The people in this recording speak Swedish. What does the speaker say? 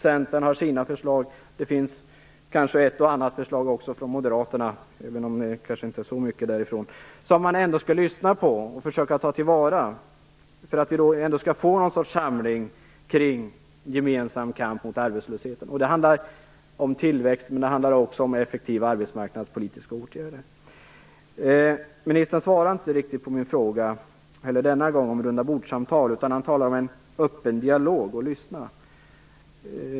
Centern har sina förslag, och det finns kanske också ett och annat förslag från Moderaterna - även om det inte kommer så mycket därifrån - som man ändå skall lyssna till och försöka ta till vara. Då kan vi få något slags samling kring en gemensam kamp mot arbetslösheten. Det handlar om tillväxt men också om effektiva arbetsmarknadspolitiska åtgärder. Ministern svarade inte heller denna gång riktigt på min fråga om rundabordssamtal, utan han talade om en öppen dialog och om att lyssna.